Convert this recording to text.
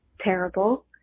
terrible